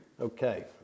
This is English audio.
Okay